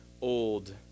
old